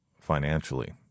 financially